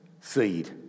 seed